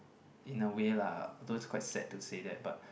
in a way lah although it's quite sad to say that but